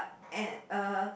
at uh